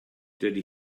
dydy